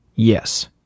Yes